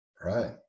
right